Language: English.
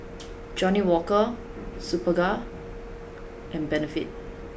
Johnnie Walker Superga and Benefit